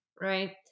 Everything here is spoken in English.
right